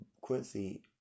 Quincy